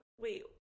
wait